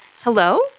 Hello